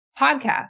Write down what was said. podcast